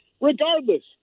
Regardless